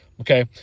Okay